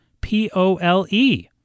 P-O-L-E